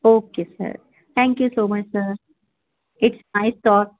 okay sir thank you so much sir IT is nice talk